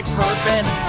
purpose